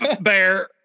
bear